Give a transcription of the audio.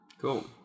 Cool